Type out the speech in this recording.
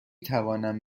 توانم